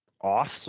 awesome